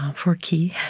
for ki.